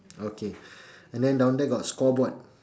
okay and then down there got scoreboard